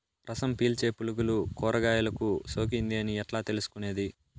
రసం పీల్చే పులుగులు కూరగాయలు కు సోకింది అని ఎట్లా తెలుసుకునేది?